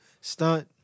stunt